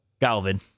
Galvin